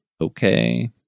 Okay